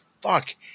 fuck